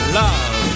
love